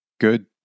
good